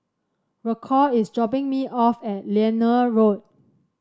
Rocco is dropping me off at Liane Road